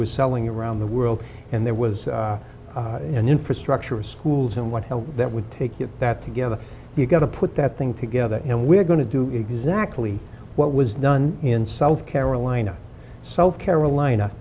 were selling around the world and there was an infrastructure of schools and what help that would take you that together you got to put that thing together and we're going to do exactly what was done in south carolina south carolina